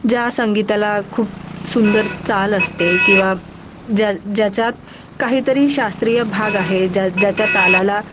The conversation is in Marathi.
ज्या संगीताला खूप सुंदर चाल असते किंवा ज्या ज्याच्यात काहीतरी शास्त्रीय भाग आहे ज्या ज्याच्या तालाला